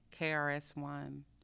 KRS-One